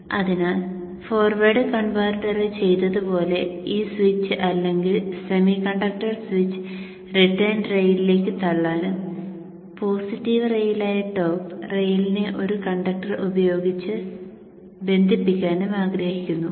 അതിനാൽ ഫോർവേഡ് കൺവെർട്ടറിൽ ചെയ്തതുപോലെ ഈ സ്വിച്ച് അല്ലെങ്കിൽ സെമി കണ്ടക്ടർ സ്വിച്ച് റിട്ടേൺ റെയിലിലേക്ക് തള്ളാനും പോസിറ്റീവ് റെയിലായ ടോപ്പ് റെയിലിനെ ഒരു കണ്ടക്ടർ ഉപയോഗിച്ച് ബന്ധിപ്പിക്കാനും ആഗ്രഹിക്കുന്നു